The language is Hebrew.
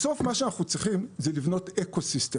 בסוף, מה שאנחנו צריכים הוא לבנות אקו-סיסטם.